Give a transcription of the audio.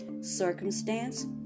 circumstance